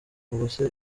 ubwose